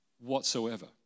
whatsoever